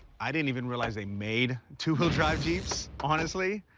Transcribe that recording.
i didn't even realize they made two-wheel drive jeeps, honestly.